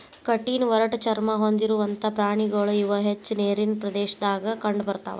ಕಠಿಣ ಒರಟ ಚರ್ಮಾ ಹೊಂದಿರುವಂತಾ ಪ್ರಾಣಿಗಳು ಇವ ಹೆಚ್ಚ ನೇರಿನ ಪ್ರದೇಶದಾಗ ಕಂಡಬರತಾವ